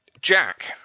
Jack